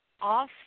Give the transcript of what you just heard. off